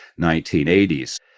1980s